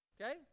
Okay